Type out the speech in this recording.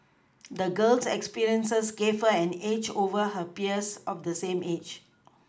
the girl's experiences gave her an edge over her peers of the same age